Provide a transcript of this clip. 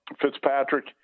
Fitzpatrick